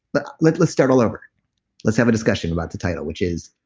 but let's let's start all over let's have a discussion about the title, which is